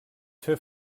fer